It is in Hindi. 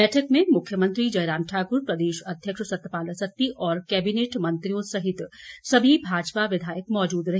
बैठक में मुख्यमंत्री जयराम ठाकुर प्रदेश अध्यक्ष सत्तपाल सत्ती और केबिनेट मंत्रियों सहित सभी भाजपा विघायक मौजूद रहे